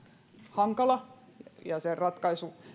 hankala ja sen ratkaisun